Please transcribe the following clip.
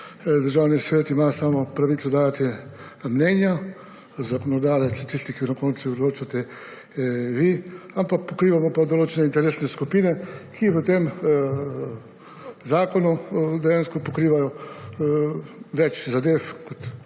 Državni svet ima samo pravico dajati mnenja, zakonodajalec je tisti, ki na koncu odloča, to ste vi. Ampak pokrivamo pa določene interesne skupine, ki v tem zakonu dejansko pokrivajo več zadev. Kot